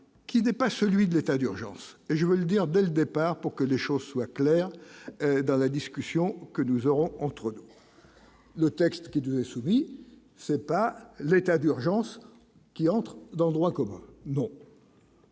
qui n'est pas celui de l'état d'urgence et je veux le dire dès le départ, pour que les choses soient claires dans la discussion que nous aurons entre le texte de souvenirs, c'est pas l'état d'urgence qui entrent dans le droit commun.